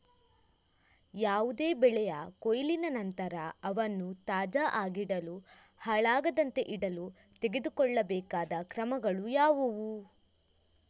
ಯಾವುದೇ ಬೆಳೆಯ ಕೊಯ್ಲಿನ ನಂತರ ಅವನ್ನು ತಾಜಾ ಆಗಿಡಲು, ಹಾಳಾಗದಂತೆ ಇಡಲು ತೆಗೆದುಕೊಳ್ಳಬೇಕಾದ ಕ್ರಮಗಳು ಯಾವುವು?